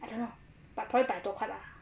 I don't know but probably 百多块 lah